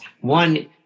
one